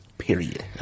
Period